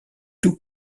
tout